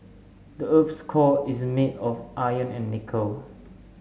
the earth's core is made of iron and nickel